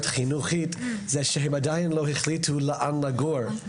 חינוכית הוא שהם עדיין לא החליטו היכן לגור.